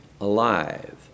alive